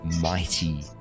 mighty